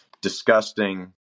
Disgusting